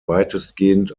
weitestgehend